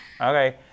okay